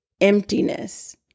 emptiness